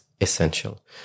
essential